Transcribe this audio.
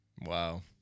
Wow